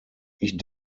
ich